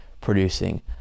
producing